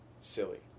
silly